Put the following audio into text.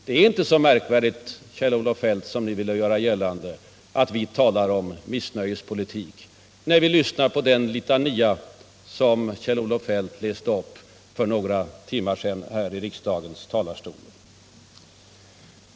Det är inte så märkvärdigt, Kjell-Olof Feldt, som ni ville göra gällande, att vi talar om missnöjespolitik när vi lyssnar på en litania av det slag som Kjell-Olof Feldt läste upp för några timmar sedan här i riksdagens talarstol.